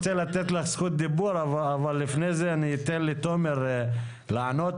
זכות דיבור, אבל לפני זה אני אתן לתומר לענות.